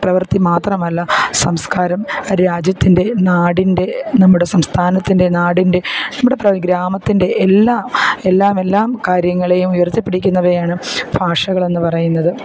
പ്രവർത്തി മാത്രമല്ല സംസ്കാരം രാജ്യത്തിൻ്റെ നാടിൻ്റെ നമ്മുടെ സംസ്ഥാനത്തിൻ്റെ നാടിൻ്റെ നമ്മുടെ ഗ്രാമത്തിൻ്റെ എല്ലാം എല്ലാ എല്ലാം കാര്യങ്ങളേയും ഉയർത്തിപ്പിടിക്കുന്നവയാണ് ഭാഷകളെന്ന് പറയുന്നത്